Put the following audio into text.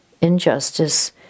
injustice